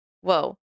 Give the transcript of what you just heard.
whoa